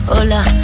hola